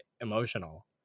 emotional